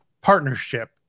partnership